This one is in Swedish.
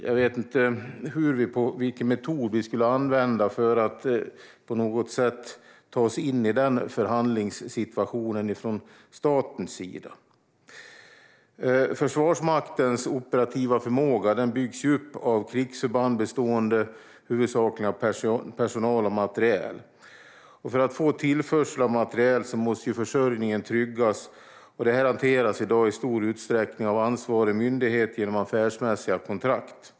Jag vet inte vilken metod vi skulle använda för att på något sätt ta oss in i den förhandlingssituationen från statens sida. Försvarsmaktens operativa förmåga byggs upp av krigsförband bestående huvudsakligen av personal och materiel. För att man ska få tillförsel av materiel måste försörjningen tryggas. Detta hanteras i dag i stor utsträckning av ansvarig myndighet genom affärsmässiga kontrakt.